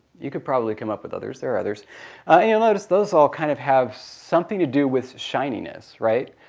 you could probably come up with others. there are others. and ah you'll notice those all kind of have something to do with shininess, right?